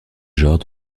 genre